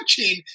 watching